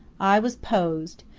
i was posed.